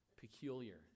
peculiar